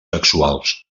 sexuals